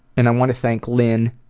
and i want to thank lynn